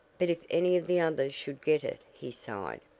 but if any of the others should get it, he sighed.